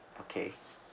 okay